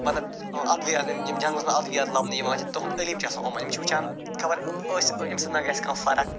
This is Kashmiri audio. مطلب ادوِیات یِم جنٛگلس منٛز یِم ادوِیات لبنہٕ یِوان چھِ تُہُنٛد علم چھُ آسان یِمن یِم چھِ وُچھان خبر أسۍ اَمہِ سۭتۍ ما گَژھِ کانٛہہ فرق